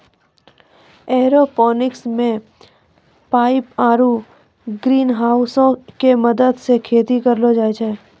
aeroponics मे pipe आरु ग्रीनहाउसो के मदत से खेती करलो जाय छै